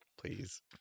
Please